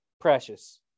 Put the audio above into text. precious